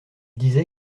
disait